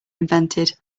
invented